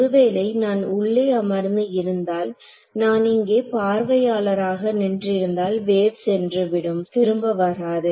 ஒருவேளை நான் உள்ளே அமர்ந்து இருந்தால் நான் இங்கே பார்வையாளராக நின்றிருந்தால் வேவ் சென்றுவிடும் திரும்ப வராது